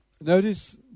Notice